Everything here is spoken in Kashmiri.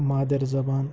مادر زبان